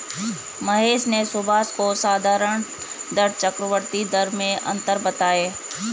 महेश ने सुभाष को साधारण दर चक्रवर्ती दर में अंतर बताएं